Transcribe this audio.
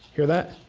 hear that?